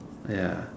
ya